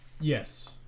Yes